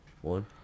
one